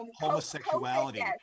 homosexuality